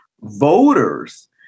voters